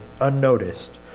unnoticed